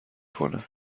کنه